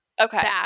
Okay